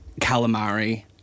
calamari